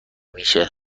میشه